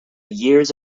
years